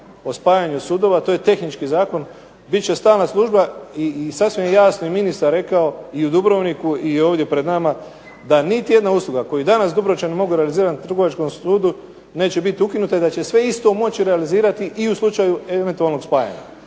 o spajanju sudova to je tehnički zakon, bit će stalna služba i sasvim je jasno i ministar rekao i u Dubrovniku i ovdje pred nama, da niti jedna usluga koju danas dubrovčani mogu realizirati na trgovačkom sudu neće biti ukinute i da će sve isto moći realizirati i u slučaju eventualnog spajanja.